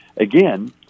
Again